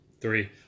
Three